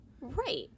Right